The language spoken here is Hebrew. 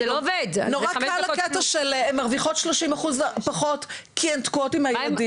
נורא קל הקטע של הן מרוויחות 30% פחות כי הן תקועות עם הילדים,